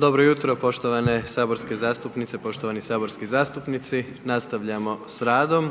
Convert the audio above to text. Dobro jutro poštovane saborske zastupnice, poštovani saborski zastupnici. Nastavljamo s radnom